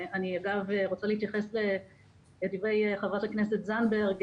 אני רוצה להתייחס לדברי חברת הכנסת זנדברג.